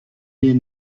des